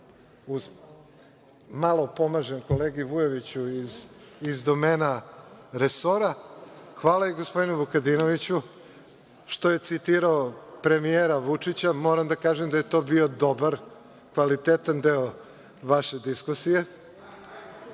malo pomažem kolegi Vujoviću, iz domena resora. Hvala i gospodinu Vukadinoviću što je citirao premijera Vučića. Moram da kažem da je to bio dobar, kvalitetan deo vaše diskusije. Moram